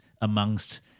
amongst